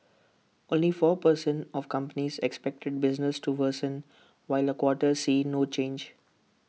only four per cent of companies expected business to worsen while A quarter see no change